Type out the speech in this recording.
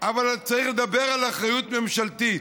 אבל צריך לדבר על אחריות ממשלתית.